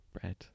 bread